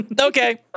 okay